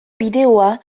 bideoa